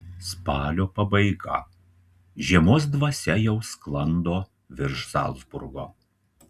spalio pabaiga žiemos dvasia jau sklando virš zalcburgo